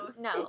No